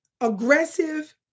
aggressive